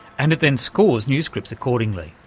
and it then scores new scripts accordingly.